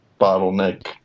Bottleneck